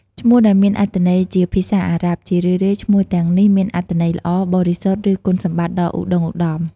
ឈ្មោះដែលមានអត្ថន័យជាភាសាអារ៉ាប់ ជារឿយៗ ឈ្មោះទាំងនេះមានអត្ថន័យល្អ បរិសុទ្ធ ឬគុណសម្បត្តិដ៏ឧត្តុង្គឧត្តម។